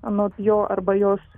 nuo jo arba jos